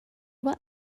what